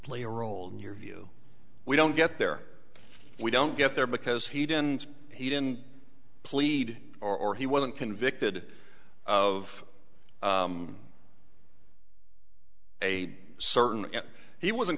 play a role in your view we don't get there we don't get there because he didn't he didn't plead or he wasn't convicted of a certain he wasn't